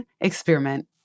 experiment